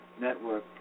Network